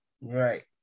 Right